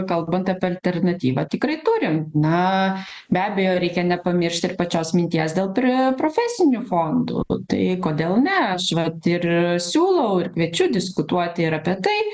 kalbant apie alternatyvą tikrai turim na be abejo reikia nepamiršt ir pačios minties dėl prė profesinių fondų tai kodėl ne aš vat ir siūlau ir kviečiu diskutuot ir apie tai